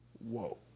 whoa